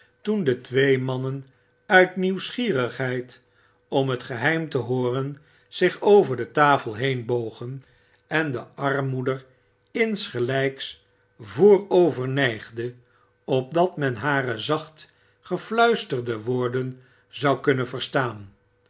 toen de twee mannen uit nieuwsgierigheid om het geheim te hooren zich over de tafel heen bogen en de armmoeder insgelijks voorover neijde opdat men hare zacht gef uislerde woorden zou kunnen verstaan